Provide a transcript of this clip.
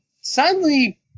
sadly